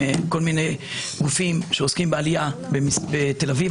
מיני גופים שעוסקים בעלייה בתל אביב,